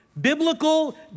Biblical